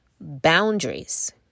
Boundaries